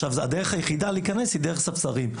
הדרך היחידה להיכנס היא באמצעות ספסרים.